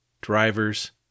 drivers